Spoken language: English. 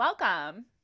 welcome